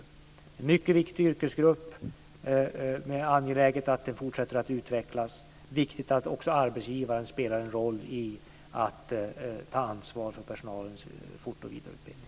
Detta är en mycket viktig yrkesgrupp. Det är angeläget att den fortsätter att utvecklas. Det är viktigt att också arbetsgivaren tar ansvar för personalens fort och vidareutbildning.